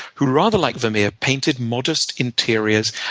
who, rather like vermeer, painted modest interiors,